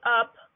up